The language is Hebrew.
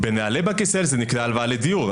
בנוהלי בנק ישראל זה נקרא "הלוואה לדיור",